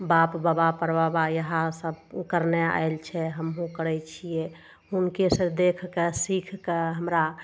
बाप बाबा परबाबा इएह सब करने आयल छै हमहूँ करय छियै हुनकेसँ देख कऽ सीख कऽ हमरा